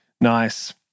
nice